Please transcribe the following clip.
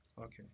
Okay